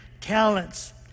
talents